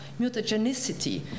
mutagenicity